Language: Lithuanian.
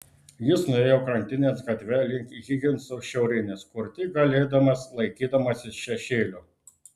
jis nuėjo krantinės gatve link higinso šiaurinės kur tik galėdamas laikydamasis šešėlio